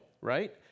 right